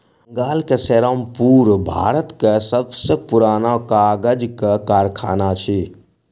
बंगाल के सेरामपुर भारतक सब सॅ पुरान कागजक कारखाना अछि